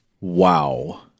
Wow